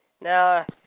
now